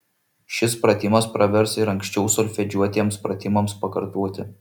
šis pratimas pravers ir anksčiau solfedžiuotiems pratimams pakartoti